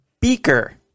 Beaker